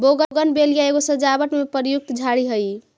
bougainvillea एगो सजावट में प्रयुक्त झाड़ी हई